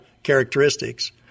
characteristics